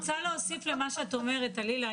אני רוצה להוסיף למה את אומרת, דלילה.